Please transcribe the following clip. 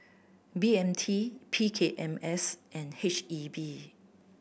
B M T P K M S and H E B